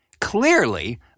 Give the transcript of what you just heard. Clearly